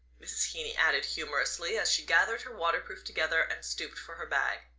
mrs. heeny added humorously, as she gathered her waterproof together and stooped for her bag.